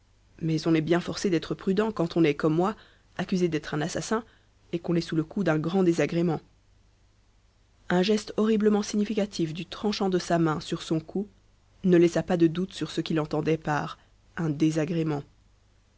mais on est bien forcé d'être prudent quand on est comme moi accusé d'être un assassin et qu'on est sous le coup d'un grand désagrément un geste horriblement significatif du tranchant de sa main sur son cou ne laissa pas de doutes sur ce qu'il entendait par un désagrément